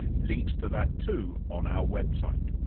links to that too on our website.